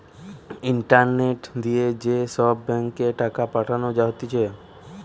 internet দিয়ে যে সব ব্যাঙ্ক এ টাকা পাঠানো হতিছে